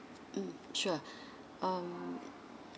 um sure um